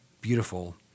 beautiful